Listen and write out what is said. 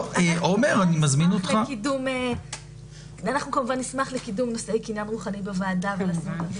נשמח לקידום נושאי קניין רוחני בוועדה.